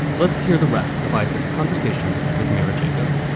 let's hear the rest of isaac's conversation with mira jacob